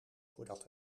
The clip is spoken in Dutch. voordat